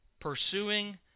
pursuing